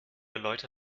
leute